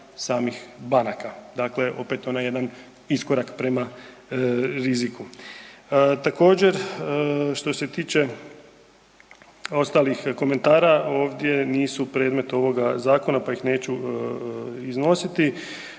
samih banaka. Dakle, opet onaj jedan iskorak prema riziku. Također što se tiče ostalih komentara ovdje nisu predmet ovoga zakona, pa ih neću iznositi.